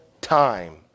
time